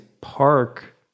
Park